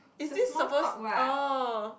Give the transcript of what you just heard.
is a small talk what